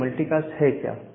तो यह मल्टीकास्ट है क्या